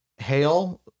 hail